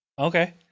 Okay